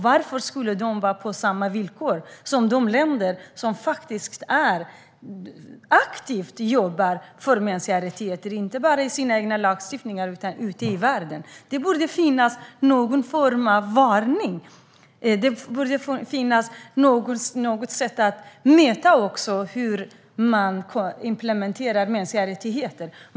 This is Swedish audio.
Varför ska de vara med på samma villkor som de länder som faktiskt aktivt jobbar för mänskliga rättigheter, inte bara i sina egna lagstiftningar utan även ute i världen? Det borde finnas någon form av varning och något sätt att mäta hur man implementerar mänskliga rättigheter.